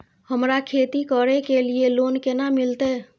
हमरा खेती करे के लिए लोन केना मिलते?